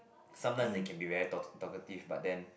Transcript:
sometimes they can be very talk talkative but then